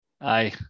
Aye